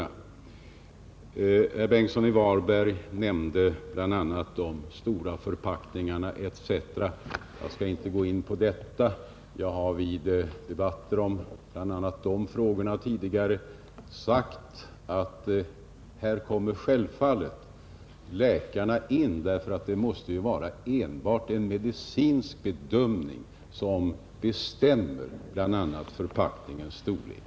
Herr Bengtsson i Varberg nämnde de stora förpackningarna. Jag skall inte gå in på detta. Jag har i tidigare debatter om dessa frågor sagt att läkarna självfallet kommer in i bilden här eftersom enbart en medicinsk bedömning får bestämma förpackningens storlek.